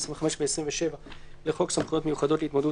25 ו-27 לחוק סמכויות מיוחדות להתמודדות